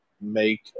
make